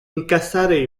incassare